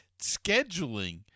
scheduling